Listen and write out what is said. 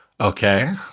Okay